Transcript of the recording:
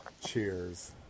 cheers